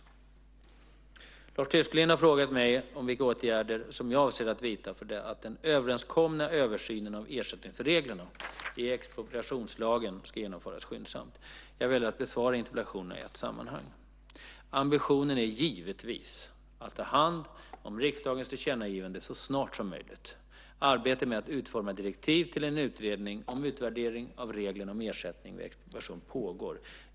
Lars Tysklind har frågat mig vilka åtgärder jag avser att vidta för att den överenskomna översynen av ersättningsreglerna i expropriationslagen ska genomföras skyndsamt. Jag väljer att besvara interpellationerna i ett sammanhang. Ambitionen är givetvis att ta hand om riksdagens tillkännagivanden så snart som möjligt. Arbetet med att utforma direktiv till en utredning om utvärdering av reglerna om ersättning vid expropriation pågår.